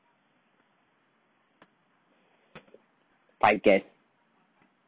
five guest